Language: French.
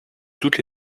toutes